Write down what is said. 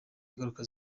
ingaruka